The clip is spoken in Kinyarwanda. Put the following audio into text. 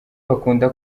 bakunda